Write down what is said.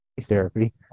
therapy